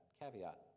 caveat